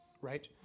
right